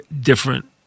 different